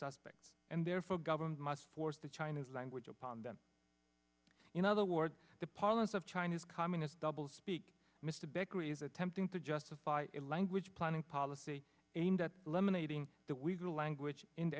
suspect and therefore government must force the chinese language upon them in other words the parlance of china's communist double speak mr begley is attempting to justify a language planning policy aimed at eliminating the weaker language in the